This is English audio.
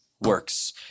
works